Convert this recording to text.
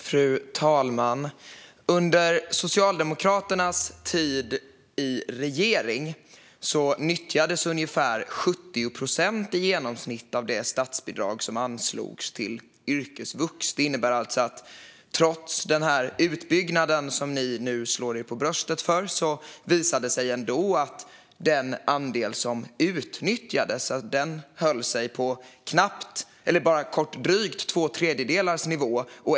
Fru talman! Under Socialdemokraternas tid i regering nyttjades i genomsnitt ungefär 70 procent av det statsbidrag som anslogs till yrkesvux. Det visade sig alltså, trots den här utbyggnaden som ni nu slår er för bröstet för, att den andel som utnyttjades ändå höll sig på bara drygt två tredjedelar.